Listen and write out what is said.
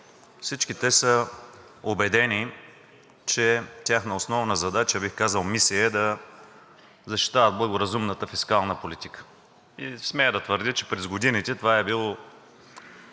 всички те са убедени, че тяхна основна задача, бих казал мисия, е да защитават благоразумната фискална политика. И смея да твърдя, че през годините това е било